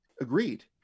Agreed